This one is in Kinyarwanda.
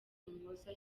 umuhoza